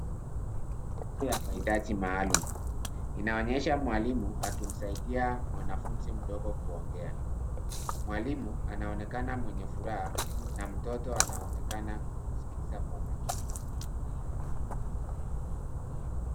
Hili ni elimu ya mahitaji maalum, inaonyesha mwalimu akimsaidia mwanafunzi mdogo kuongea, mwalimu anaonekana mwenye furaha na mtoto anaonekana kuskiza kwa makini.